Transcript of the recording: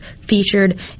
featured